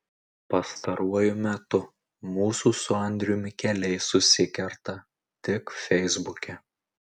pastaruoju metu mūsų su andriumi keliai susikerta tik feisbuke